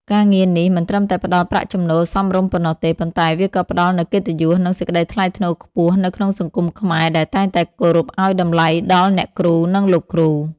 ការងារនេះមិនត្រឹមតែផ្តល់ប្រាក់ចំណូលសមរម្យប៉ុណ្ណោះទេ ប៉ុន្តែវាក៏ផ្តល់នូវកិត្តិយស និងសេចក្តីថ្លៃថ្នូរខ្ពស់នៅក្នុងសង្គមខ្មែរដែលតែងតែគោរពឱ្យតម្លៃដល់អ្នកគ្រូ និងលោកគ្រូ។